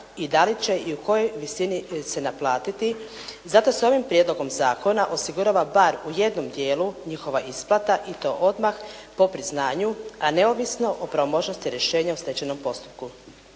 i da li će i u kojoj visini se naplatiti. Zato se ovim prijedlogom zakona osigurava bar u jednom dijelu njihova isplata i to odmah po priznanju, a neovisno o pravomoćnosti rješenja o stečajnom postupku.